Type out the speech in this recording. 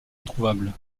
introuvable